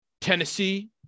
Tennessee